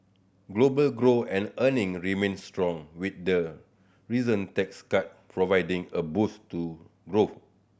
global growth and earning remain strong with the recent tax cut providing a boost to growth